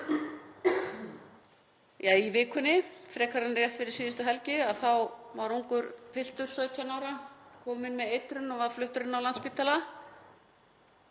í vikunni frekar en rétt fyrir síðustu helgi var ungur piltur, 17 ára, kominn með eitrun og var fluttur inn á Landspítala.